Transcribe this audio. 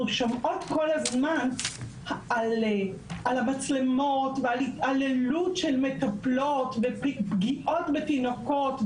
שומעות כל הזמן על המצלמות ועל התעללות של מטפלות ופגיעות בתינוקות,